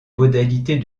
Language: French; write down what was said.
modalités